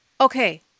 Okay